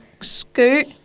Scoot